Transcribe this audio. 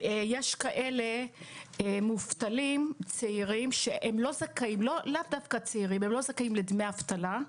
יש מובטלים שלא זכאים לדמי אבטלה.